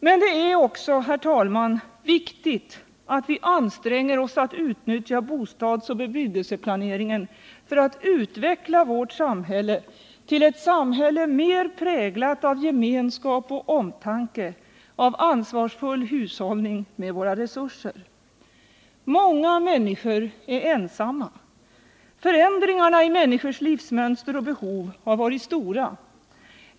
Men det är också, herr talman, viktigt att vi anstränger oss att utnyttja bostadsoch bebyggelseplaneringen för att utveckla vårt samhälle till ett samhälle mer präglat av gemenskap och omtanke, av ansvarsfull hushållning med våra resurser. Många människor är ensamma. Förändringarna i människors livsmönster och behov har varit stora.